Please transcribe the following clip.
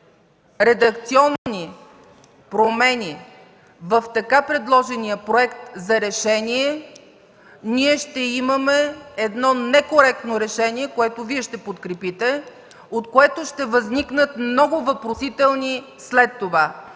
редакционни промени в предложения Проект за решение, ние ще имаме некоректно решение, което Вие ще подкрепите, от което ще възникнат много въпросителни след това.